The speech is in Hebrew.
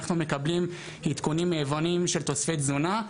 אנחנו מקבלים עדכונים מיבואנים של תוספי תזונה,